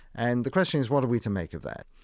and the question is, what are we to make of that?